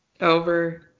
Over